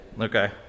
Okay